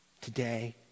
today